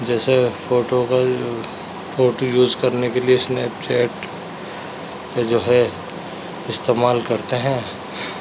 جیسے فوٹو کا یہ فوٹو یوز کرنے کے لیے اسنیپ چیٹ پہ جو ہے استعمال کرتے ہیں